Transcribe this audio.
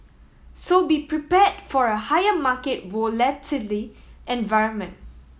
so be prepared for a higher market volatility environment